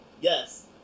yes